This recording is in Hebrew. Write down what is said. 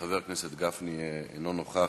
חבר הכנסת גפני, אינו נוכח.